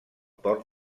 port